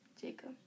Jacob